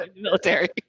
military